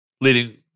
Leading